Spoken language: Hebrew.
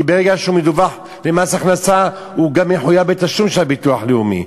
כי ברגע שהוא מדווח למס הכנסה הוא גם יחויב בתשלום של הביטוח הלאומי.